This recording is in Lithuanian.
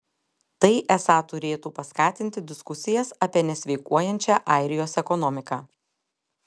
tai esą turėtų paskatinti diskusijas apie nesveikuojančią airijos ekonomiką